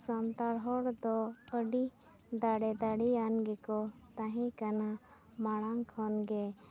ᱥᱟᱱᱛᱟᱲ ᱦᱚᱲ ᱫᱚ ᱟᱹᱰᱤ ᱫᱟᱲᱮ ᱫᱟᱲᱮᱭᱟᱱ ᱜᱮᱠᱚ ᱛᱟᱦᱮᱸ ᱠᱟᱱᱟ ᱢᱟᱲᱟᱝ ᱠᱷᱚᱱ ᱜᱮ